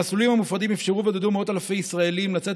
המסלולים המופרדים אפשרו ועודדו מאות אלפי ישראלים לצאת